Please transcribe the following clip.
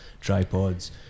tripods